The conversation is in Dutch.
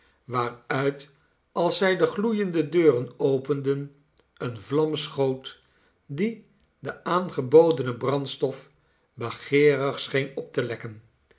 waaruit als zij de gloeiende deuren openden eene vlam schoot diede aangebodene brandstof begeerig scheen op te lekken